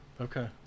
Okay